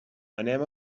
anem